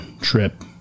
trip